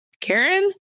Karen